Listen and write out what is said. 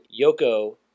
Yoko